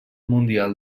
mundial